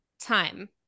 time